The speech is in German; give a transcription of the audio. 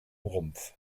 rumpf